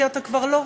כי אתה כבר לא.